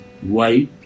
white